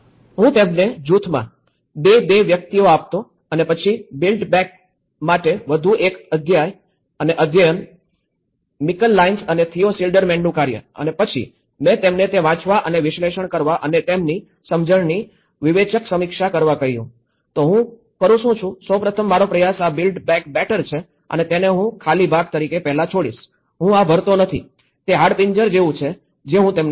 હું તેમને જૂથમાં ૨ ૨ વ્યક્તિઓ આપતો અને પછી બિલ્ડ બેક માટે વધુ એક અધ્યાય મીકલ લાઇન્સ અને થિયો શિલ્ડરમેનનું કાર્ય અને પછી મેં તેમને તે વાંચવા અને વિશ્લેષણ કરવા અને તેમની સમજણની વિવેચક સમીક્ષા કરવા કહ્યું તો હું કરું શું છે સૌપ્રથમ મારો પ્રયાસ આ બિલ્ડ બેક બેટર છે અને તેને હું ખાલી ભાગ તરીકે પહેલા છોડીશ હું આ ભરતો નથી તે હાડપિંજર છે જે હું તેમને આપીશ